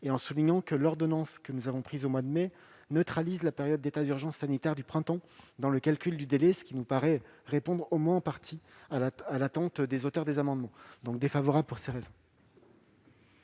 ; deuxièmement, l'ordonnance que nous avons prise au mois de mai neutralise la période d'état d'urgence sanitaire du printemps dans le calcul du délai, ce qui nous paraît répondre au moins en partie à l'attente ici formulée. L'avis est donc défavorable. Je mets